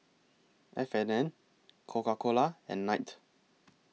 F and N Coca Cola and Knight